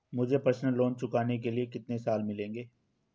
मुझे personal loan चुकाने के लिए कितने साल मिलेंगे?